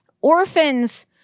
orphans